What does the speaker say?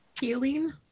Healing